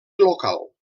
local